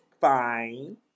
fine